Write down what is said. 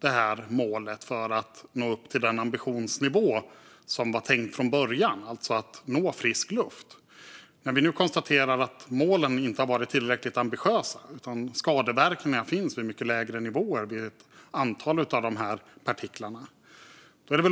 detta mål för att nå upp till den ambitionsnivå som var tänkt från början, alltså att nå frisk luft. Vi konstaterar att målen inte har varit tillräckligt ambitiösa och att skadeverkningar finns vid mycket lägre nivåer vid ett antal av dessa partiklar.